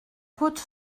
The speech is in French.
côte